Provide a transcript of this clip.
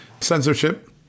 censorship